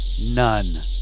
none